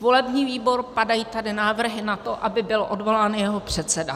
Volební výbor padají tady návrhy na to, aby byl odvolán jeho předseda.